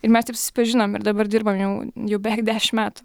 ir mes taip susipažinom ir dabar dirbam jau jau beveik dešimt metų